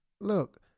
look